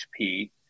HP